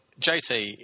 JT